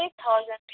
eight thousand